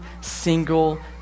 single